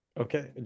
Okay